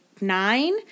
nine